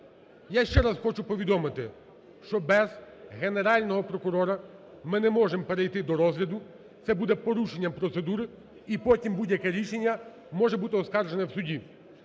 Я ще раз хочу повідомити, що без Генерального прокурора ми не можемо перейти до розгляду. Це буде порушенням процедури, і потім будь-яке рішення може бути оскаржене в суді.